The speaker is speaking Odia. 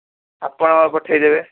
ଆପଣ ବା ପଠାଇ ଦେବେ